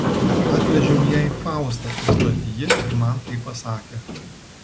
atvežiau jai faustą ir stotyje ji man tai pasakė